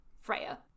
Freya